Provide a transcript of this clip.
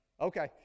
Okay